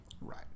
Right